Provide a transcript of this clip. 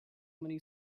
many